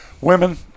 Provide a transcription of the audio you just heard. women